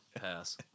pass